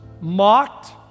mocked